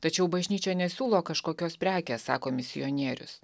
tačiau bažnyčia nesiūlo kažkokios prekės sako misionierius